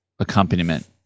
accompaniment